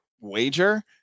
wager